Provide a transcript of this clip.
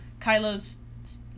Kylo's